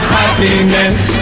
happiness